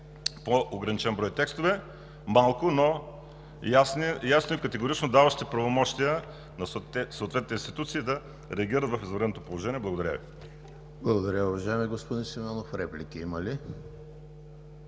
по-ограничен брой текстове – малко, но ясно и категорично даващи правомощия на съответните институции да реагират в извънредното положение. Благодаря Ви. ПРЕДСЕДАТЕЛ ЕМИЛ ХРИСТОВ: Благодаря, уважаеми господин Симеонов. Реплики има ли?